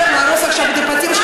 אתה רוצה להרוס עכשיו את הבתים,